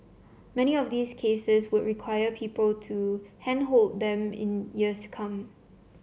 many of these cases would require people to handhold them in years to come